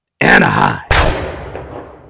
Anaheim